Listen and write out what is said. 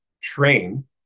train